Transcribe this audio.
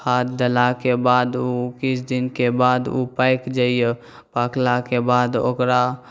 खाद देलाके बाद ओ किछु दिनके बाद ओ पाकि जाइए पाकलाके बाद ओकरा